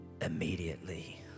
Immediately